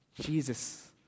Jesus